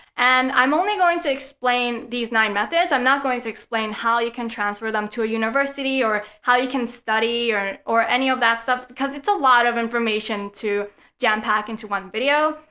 and, i'm only going to explain these nine methods. i'm not going to explain how you can transfer them to a university, or how you can study, or or any of that stuff because it's a lot of information to jam-pack into one video.